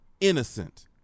innocent